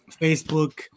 Facebook